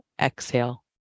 exhale